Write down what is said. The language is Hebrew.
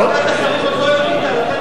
ועדת השרים עוד לא החליטה,